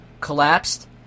collapsed